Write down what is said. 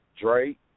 Drake